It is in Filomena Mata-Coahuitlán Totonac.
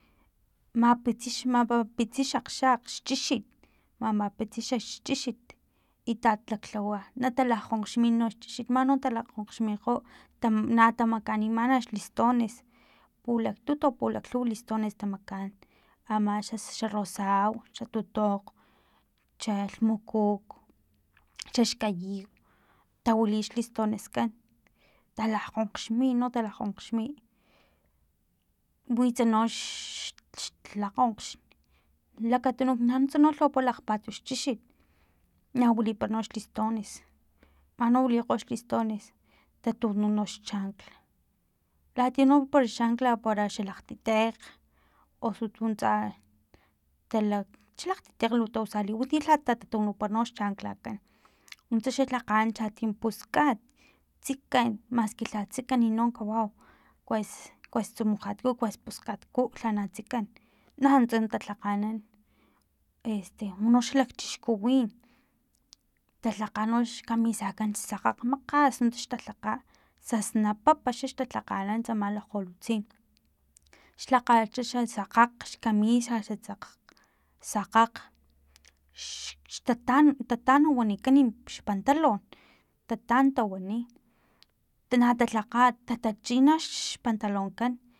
Mapitsi xmamapitsi xakgxakg xchixit mamapitsi xchixit itat nanlhawa natalakgonkgxmi xchixit man no nalakgonkgxmikgo na ta makanimana xlistones pulaktut o pulaklhuwa listones tamakaan ama xa rosau xa tutokg xalhmukuk xaxkayiw tawili xlistineskan talakgkgonxmi no talakgonxmi witsa no x x xlakgonx lakatuno no nuntsa na lhawa lakgpatu chixit na wilipara no xlistones mano na wilikgo xlistones tatunu nox chancla latia no para chancla para xalakgtitekg osu tun tsa xalaktitekg lu tausarli winti no lha tatunupara xchanclakan nuntsa xa lhakganan chatim puskat tsikan maski lha tsikan i no kawau kues kues tsumujatku kues puskatku lhana tsikan nanuntsa talhakganan este unoxa lakchixkuwin talhakga nox kamisakan xa sakgakga makgas talhakga xasnapapa xax xtalhakganan tsama lakgolutsin xlhakgat xa xasnapap xkamisa xa sakgakg sakgakg xtatan tatan wanikani xpantalon tatan tawani na talhakga tatachi nox pantalonkan